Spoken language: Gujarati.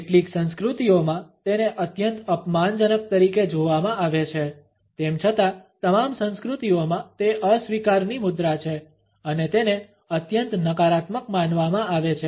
કેટલીક સંસ્કૃતિઓમાં તેને અત્યંત અપમાનજનક તરીકે જોવામાં આવે છે તેમ છતાં તમામ સંસ્કૃતિઓમાં તે અસ્વીકારની મુદ્રા છે અને તેને અત્યંત નકારાત્મક માનવામાં આવે છે